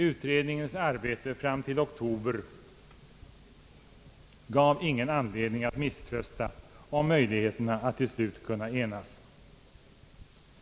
Utredningens arbete fram till oktober föregående år gav ingen anledning att misströsta om möjligheten att till slut kunna enas.